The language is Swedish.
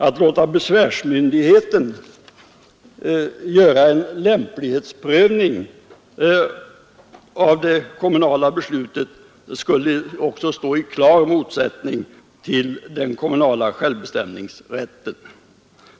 Att låta besvärsmyndigheten göra en lämplighetsprövning av det kommunala beslutet skulle också stå i klar motsättning till den kommunala självbestämmanderätten.